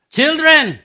Children